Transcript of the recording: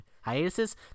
hiatuses